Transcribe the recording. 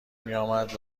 میآمد